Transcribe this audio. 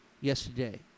yesterday